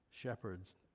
Shepherds